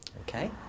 okay